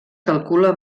calcula